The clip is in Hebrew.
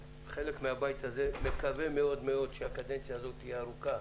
חלקים מהבית הזה מקווים מאוד שהקדנציה הזו תהיה ארוכה,